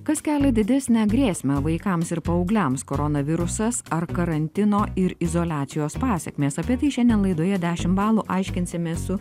kas kelia didesnę grėsmę vaikams ir paaugliams koronavirusas ar karantino ir izoliacijos pasekmės apie tai šiandien laidoje dešimt balų aiškinsimės su